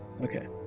okay